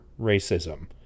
racism